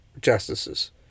justices